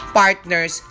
partners